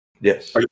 Yes